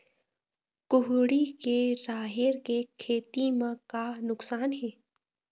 कुहड़ी के राहेर के खेती म का नुकसान हे?